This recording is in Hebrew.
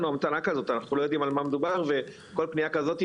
אנחנו לא יודעים במה מדובר וכל פנייה כזאתי,